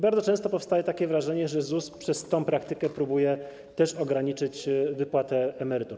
Bardzo często powstaje takie wrażenie, że ZUS przez tę praktykę próbuje ograniczyć wypłatę emerytur.